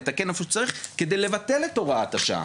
לתקן איפה שצריך כדי לבטל את הוראת השעה?